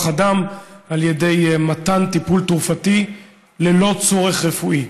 אדם על ידי מתן טיפול תרופתי ללא צורך רפואי.